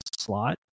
slot